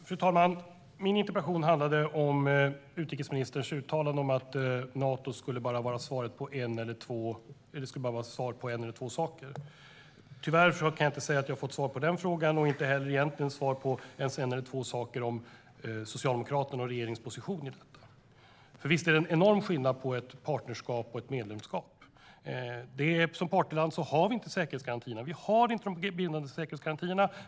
Fru talman! Min interpellation handlade om utrikesministerns uttalande om att Nato bara skulle vara ett svar på en eller två saker. Tyvärr kan jag inte säga att jag fått svar på min fråga eller ens fått Socialdemokraternas och regeringens position klargjord. Visst är det en enorm skillnad på ett partnerskap och ett medlemskap. Som partnerland har vi inte de bindande säkerhetsgarantierna.